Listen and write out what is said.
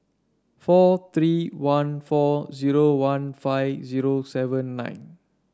four three one four zero one five zero seven nine